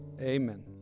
Amen